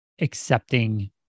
accepting